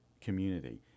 community